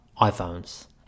iPhones